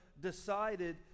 decided